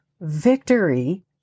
Victory